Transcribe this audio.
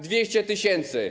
200 tys.